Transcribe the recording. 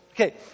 Okay